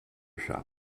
shop